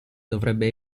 dovrebbe